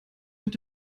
mit